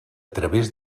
través